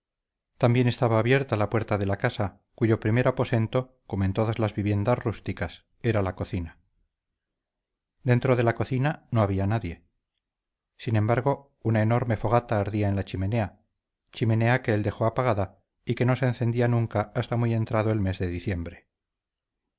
también estaba abierta la puerta de la casa cuyo primer aposento como en todas las viviendas rústicas era la cocina dentro de la cocina no había nadie sin embargo una enorme fogata ardía en la chimenea chimenea que él dejó apagada y que no se encendía nunca hasta muy entrado el mes de diciembre